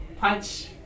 punch